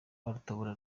rwarutabura